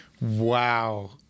Wow